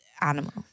animal